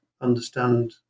understand